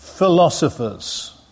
Philosophers